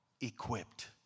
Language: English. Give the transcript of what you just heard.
equipped